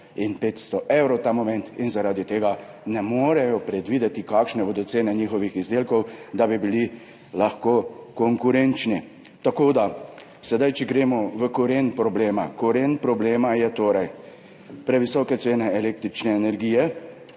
in 500 evri in zaradi tega ne morejo predvideti, kakšne bodo cene njihovih izdelkov, da bi bili lahko konkurenčni. Če gremo sedaj v koren problema. Koren problema so torej previsoke cene električne energije